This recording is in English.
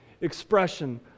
expression